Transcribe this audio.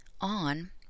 on